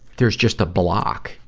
there's just a block,